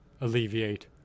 alleviate